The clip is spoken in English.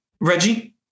Reggie